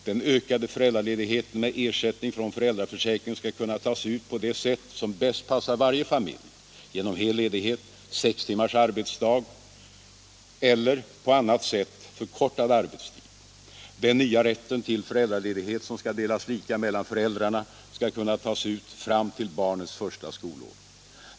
Den ökade föräldraledigheten med ersättning från föräldraförsäkringen skall kunna tas ut på det sätt som bäst passar varje familj: genom hel ledighet, sex timmars arbetsdag eller på annat sätt förkortad arbetstid. Den nya rätten till föräldraledighet, som skall delas lika mellan föräldrarna, skall kunna tas ut fram till barnets första skolår.